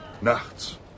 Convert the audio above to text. nachts